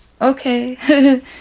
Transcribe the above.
Okay